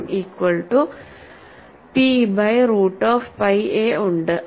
KI equal to P by root of pi a ഉണ്ട്